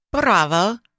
Bravo